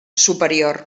superior